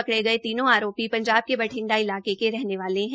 पकड़े गए तीनों आरोपी पंजाब के बठिंडा इलाके के रहने वाले हैं